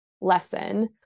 lesson